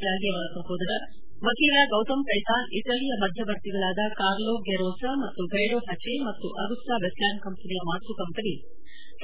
ತ್ಲಾಗಿ ಅವರ ಸಹೋದರ ವಕೀಲ ಗೌತಮ್ ಕೈತಾನ್ ಇಟಲಿಯ ಮಧ್ಯವರ್ತಿಗಳಾದ ಕಾರ್ಲೋ ಗೆರೋಸಾ ಮತ್ತು ಗೈಡೋ ಹಜೆ ಮತ್ತು ಅಗುಸ್ವಾ ವೆಸ್ಟ್ ಲ್ಚಾಂಡ್ ಕಂಪನಿಯ ಮಾತೃ ಕಂಪನಿ